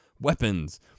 weapons